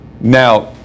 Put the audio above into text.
Now